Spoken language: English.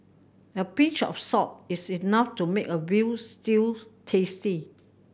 a pinch of salt is enough to make a veal stew tasty